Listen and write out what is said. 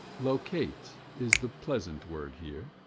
locate is the pleasant word here.